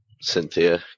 Cynthia